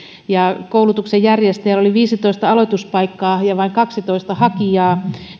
koulutuksen järjestäjällä oli viisitoista aloituspaikkaa ja vain kaksitoista hakijaa